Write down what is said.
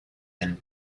and